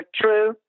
true